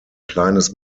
kleines